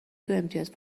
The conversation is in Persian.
دوامتیاز